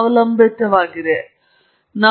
ನಾನು ಸಂಭವನೀಯ ಸಂಕೇತವನ್ನು ನೋಡುತ್ತಿದ್ದರೆ ವ್ಯಾಖ್ಯಾನ ಏನು